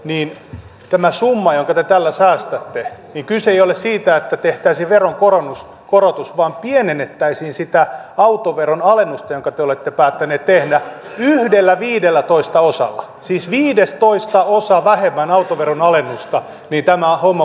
niin tämä summa ei ole säästetty ei kyse ei ole siitä että tehtäisiin veronkorotus korotus vaan pienennettäisiin sitä autoveron alennusta jonka te olette päättäneet tehdä hiihdellä viidellätoista osa siis viidestoistaosa vähemmän autoveron alennusta mikään homo